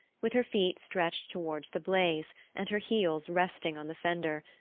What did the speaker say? with her feet stretched towards the blaze and her heels resting on the fender,